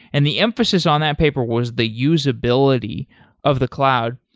and the emphasis on that paper was the usability of the cloud.